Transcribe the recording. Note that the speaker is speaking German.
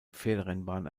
pferderennbahn